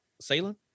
Salem